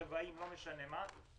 רבעים, לא משנה מה,